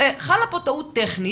חלה פה טעות טכנית,